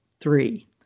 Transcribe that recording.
three